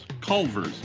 Culver's